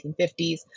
1950s